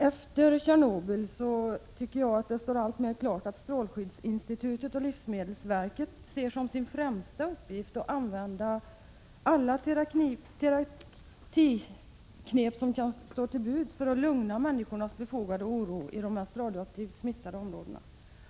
Efter Tjernobyl tycker jag att det står alltmer klart att strålskyddsinstitutet och livsmedelsverket ser som sin främsta uppgift att använda alla terapiknep som kan stå till buds för att lugna människornas befogade oroa i de radioaktivt mest smittade områdena.